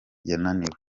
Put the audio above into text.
yananiwe